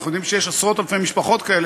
אנחנו יודעים שיש עשרות-אלפי משפחות כאלה,